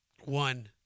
One